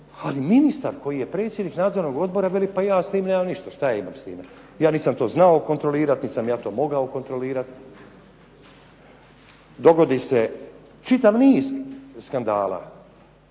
ali ministar koji je predsjednik nadzornog odbora veli pa ja s tim nemam ništa, šta ja imam s time, ja nisam to znao kontrolirati, nisam ja to mogao kontrolirati. Dogodi se čitav niz skandala,